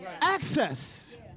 Access